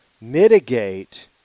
mitigate